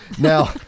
Now